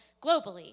globally